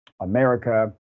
America